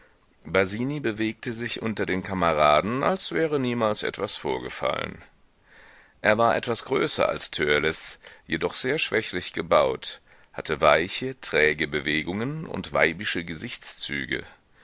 basini bewegte sich unter den kameraden als wäre niemals etwas vorgefallen er war etwas größer als törleß jedoch sehr schwächlich gebaut hatte weiche träge bewegungen und weibische gesichtszüge